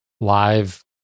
live